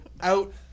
out